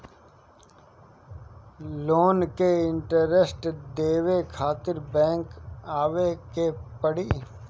Loan के interest देवे खातिर बैंक आवे के पड़ी?